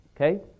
okay